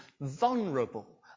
vulnerable